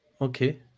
okay